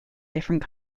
different